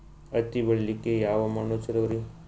ಹತ್ತಿ ಬೆಳಿಲಿಕ್ಕೆ ಯಾವ ಮಣ್ಣು ಚಲೋರಿ?